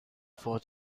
for